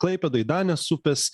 klaipėdoj danės upės